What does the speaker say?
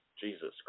Jesus